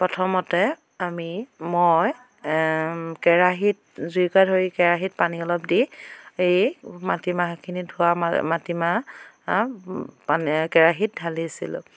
প্ৰথমতে আমি মই কেৰাহীত জুইকুৰা ধৰি কেৰাহীত পানী অলপ দি এই মাটি মাহখিনি ধোৱা মাটি মাহ পানী কেৰাহীত ঢালিছিলোঁ